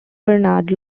bernard